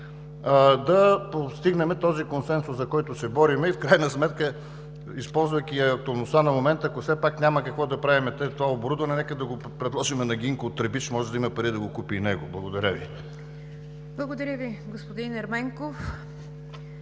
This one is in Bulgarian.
да постигнем този консенсус, за който се борим и в крайна сметка, използвайки актуалността на момента, ако все пак няма какво да правим това оборудване, нека да го предложим на Гинка от Требич, може да има пари да го купи и него. Благодаря Ви. ПРЕДСЕДАТЕЛ НИГЯР ДЖАФЕР: Благодаря Ви, господин Ерменков.